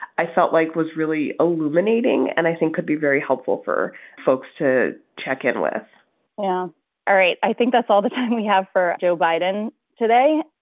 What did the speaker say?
i felt like was really illuminating and i think could be very helpful for folks to check in with all right. i think that's all the time we have for joe biden today,